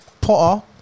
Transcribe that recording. Potter